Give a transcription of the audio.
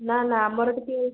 ନା ନା ଆମର ଟିକିଏ